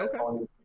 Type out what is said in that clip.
Okay